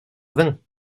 vingt